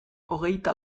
hogeita